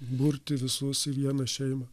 burti visus į vieną šeimą